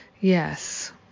yes